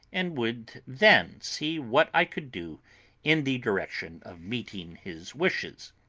and would then see what i could do in the direction of meeting his wishes.